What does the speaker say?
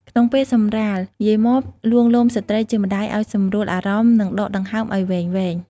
ក្នុងពេលសម្រាល យាយម៉បលួងលោមស្ត្រីជាម្ដាយឱ្យសម្រួលអារម្មណ៍ និង ដកដង្ហើមឱ្យវែងៗ។